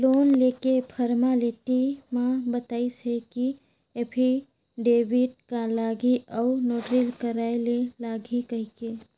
loan लेके formality म बताइस हे कि एफीडेबिड लागही अउ नोटरी कराय ले लागही कहिके